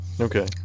Okay